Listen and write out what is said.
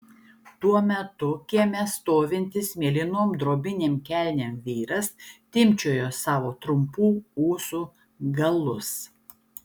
tuo metu kieme stovintis mėlynom drobinėm kelnėm vyras timpčiojo savo trumpų ūsų galus